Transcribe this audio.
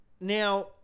Now